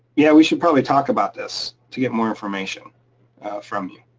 yeah, we should probably talk about this to get more information from you.